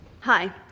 Hi